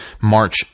March